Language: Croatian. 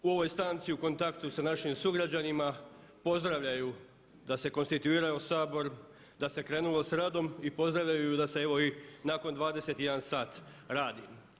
U ovoj stanci u kontaktu sa našim sugrađanima pozdravljaju da se konstituiraju u Sabor, da se krenulo s radom i pozdravljaju da se evo i nakon 21 sat radi.